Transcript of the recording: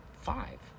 five